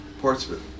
Portsmouth